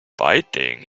fighting